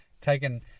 taken